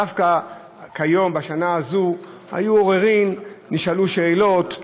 דווקא כיום, בשנה הזאת, היו עוררין, נשאלו שאלות,